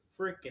freaking